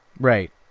right